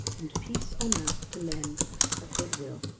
and peace on earth to men of good will.